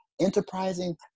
enterprising